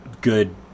good